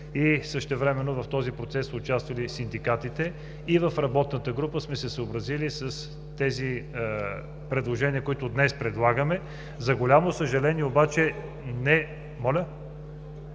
и същевременно в този процес са участвали и синдикатите. В работната група сме се съобразили с предложенията, които днес предлагаме. За голямо съжаление...